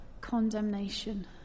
condemnation